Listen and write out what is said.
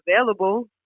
available